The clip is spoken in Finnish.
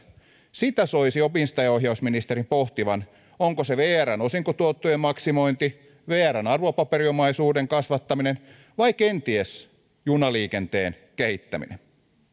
sitä soisi omistajaohjausministerin pohtivan onko se vrn osinkotuottojen maksimointi vrn arvopaperiomaisuuden kasvattaminen vai kenties junaliikenteen kehittäminen